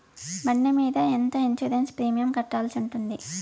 బండి మీద ఎంత ఇన్సూరెన్సు ప్రీమియం కట్టాల్సి ఉంటుంది?